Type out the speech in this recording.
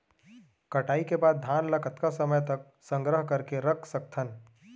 कटाई के बाद धान ला कतका समय तक संग्रह करके रख सकथन?